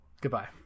goodbye